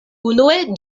unue